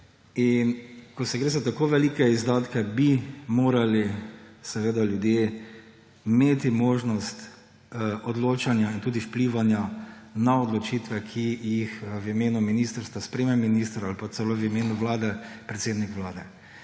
Ko gre za tako velike izdatke, bi morali seveda ljudje imeti možnost odločanja in tudi vplivanja na odločitve, ki jih v imenu ministrstva sprejme minister ali pa celo v imenu Vlade predsednik Vlade.